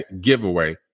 giveaway